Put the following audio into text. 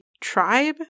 tribe